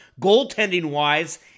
goaltending-wise